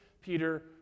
Peter